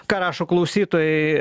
ką rašo klausytojai